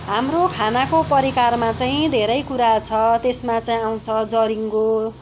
हाम्रो खानाको परिकारमा चाहिँ धेरै कुरा छ त्यसमा चाहिँ आउँछ जरिङ्गो